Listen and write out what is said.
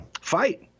fight